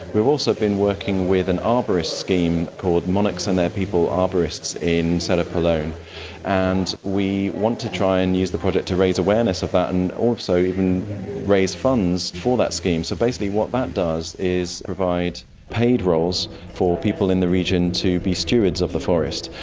we've also been working with an arborist scheme called monarchs and their people, arborists in cerro sort of pelon, and we want to try and use the project to raise awareness of that and also so even raise funds for that scheme. so basically what that does is provide paid roles for people in the region to be stewards of the forest.